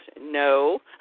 No